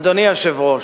אדוני היושב-ראש,